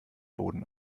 boden